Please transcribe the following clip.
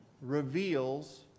reveals